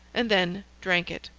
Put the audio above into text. and then drank it.